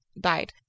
died